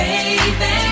Baby